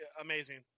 Amazing